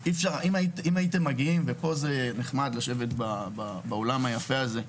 זה נחמד לשבת באולם היפה הזה,